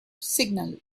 signal